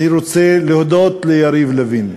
אני רוצה להודות ליריב לוין.